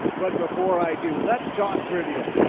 but before i do let's talk trivia,